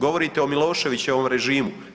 Govorite o Miloševićevom režimu.